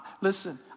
Listen